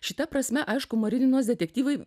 šita prasme aišku marininos detektyvai